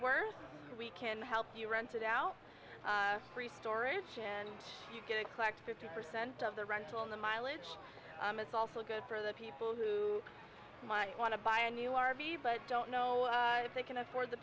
worse we can help you rented out free storage and you get a collect fifty percent of the rental in the mileage it's also good for the people who might want to buy a new r v but don't know if they can afford the